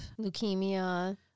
Leukemia